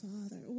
Father